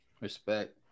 Respect